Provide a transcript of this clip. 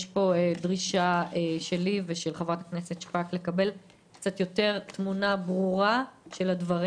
יש דרישה שלי ושל חברת הכנסת שפק לקבל תמונה ברורה יותר של הדברים.